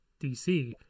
dc